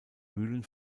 mühlen